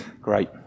Great